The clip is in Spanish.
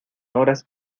horas